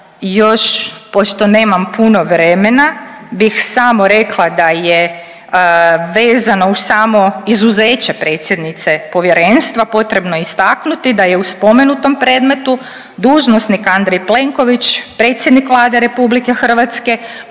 još pošto nemam puno vremena bih samo rekla da je vezano uz samo izuzeće predsjednice povjerenstva potrebno istaknuti da je u spomenutom predmetu dužnosnik Andrej Plenković predsjednik Vlade RH podnio dana